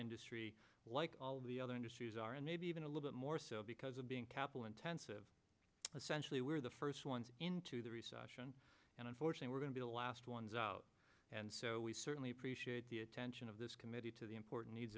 industry like all the other industries are and maybe even a little bit more so because of being capital intensive essentially where the first once into the recession and unfortunate we're going to be the last ones out and so we certainly appreciate the attention of this committee to the important needs